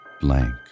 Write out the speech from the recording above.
blank